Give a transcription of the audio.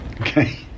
Okay